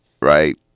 right